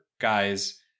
guys